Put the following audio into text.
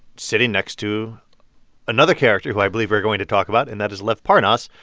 sitting next to another character who i believe we're going to talk about, and that is lev parnas,